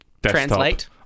Translate